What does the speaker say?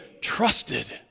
trusted